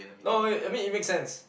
no wait I mean it make sense